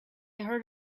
heard